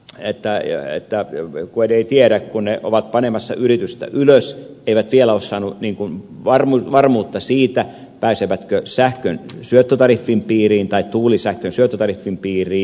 että yö investoijiin kun ei tiedä kun ne ovat panemassa yritystä ylös ne eivät vielä ole saaneet varmuutta siitä pääsevätkö ne tuulisähkön syöttötariffin piiriin